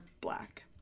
black